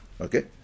Okay